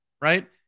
Right